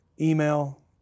email